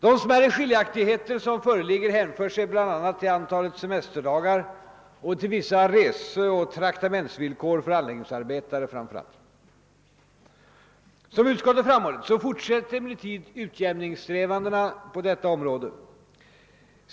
De smärre skiljaktigheter som finns hänför sig till antalet semesterdagar och till vissa reseoch traktamentsvillkor, bl.a. för anläggningsarbetare. Såsom utskottet framhåller fortsätter emellertid utjämningssträvandena på detta område.